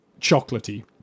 chocolatey